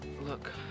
Look